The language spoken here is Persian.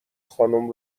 خانم